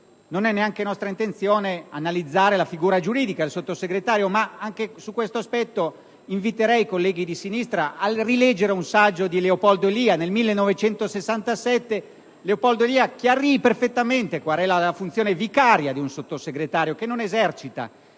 Non è neanche nostra intenzione analizzare la figura giuridica del Sottosegretario, ma anche su questo aspetto inviterei i colleghi di sinistra a rileggere un saggio di Leopoldo Elia del 1967, che chiarì perfettamente qual è la funzione vicaria di un Sottosegretario, che non esercita